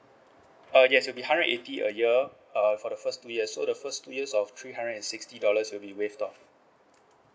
uh yes it'll be hundred eighty a year uh for the first two years so the first two years of three hundred and sixty dollars will be waived off